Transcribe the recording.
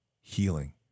healing